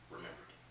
Remembered